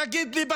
תגיד לי,